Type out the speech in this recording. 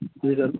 جی سر